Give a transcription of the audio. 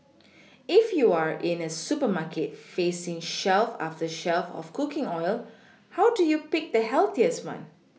if you are in a supermarket facing shelf after shelf of cooking oil how do you pick the healthiest one